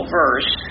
verse